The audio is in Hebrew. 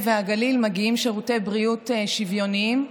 והגליל מגיעים שירותי בריאות שוויוניים.